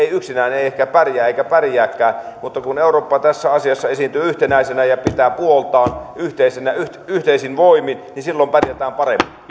ei yksinään ehkä pärjää eikä pärjääkään mutta kun eurooppa tässä asiassa esiintyy yhtenäisenä ja pitää puoliaan yhteisin voimin niin silloin pärjätään paremmin